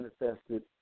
manifested